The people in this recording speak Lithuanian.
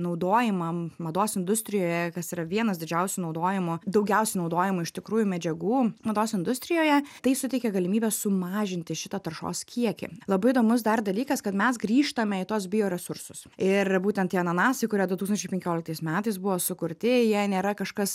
naudojimam mados industrijoje kas yra vienas didžiausių naudojimo daugiausiai naudojamų iš tikrųjų medžiagų mados industrijoje tai suteikia galimybę sumažinti šitą taršos kiekį labai įdomus dar dalykas kad mes grįžtame į tuos bio resursus ir būtent tai ananasai kurie du tūkstančiai penkioliktais metais buvo sukurti jie nėra kažkas